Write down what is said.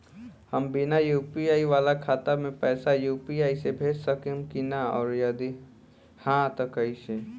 हम बिना यू.पी.आई वाला खाता मे पैसा यू.पी.आई से भेज सकेम की ना और जदि हाँ त कईसे?